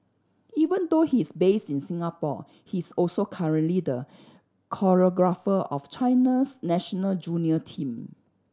even though he's based in Singapore he's also currently the choreographer of China's national junior team